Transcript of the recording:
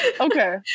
okay